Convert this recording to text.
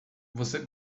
você